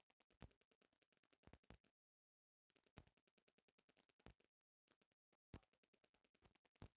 एगो एसोसिएशन के अनुसार संयुक्त राज्य अमेरिका में सात डेयरी के नस्ल पावल जाला